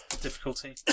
Difficulty